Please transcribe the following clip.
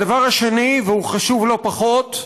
הדבר השני, והוא חשוב לא פחות,